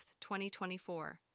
2024